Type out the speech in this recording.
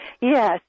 Yes